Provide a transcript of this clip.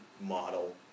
model